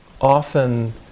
often